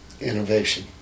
innovation